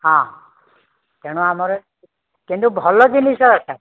ହଁ ତେଣୁ ଆମର କିନ୍ତୁ ଭଲ ଜିନିଷ ଦରକାର